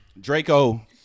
Draco